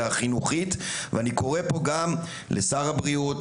החינוכית ואני קורא פה גם לשר הבריאות,